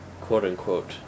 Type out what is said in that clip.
quote-unquote